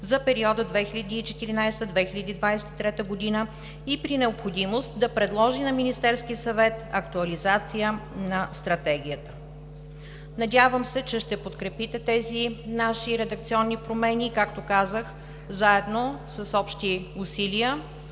за периода 2014 – 2023 г., и при необходимост да предложи на Министерския съвет актуализация на Стратегията“. Надявам се, че ще подкрепите тези наши редакционни промени и, както казах, заедно, с общи усилия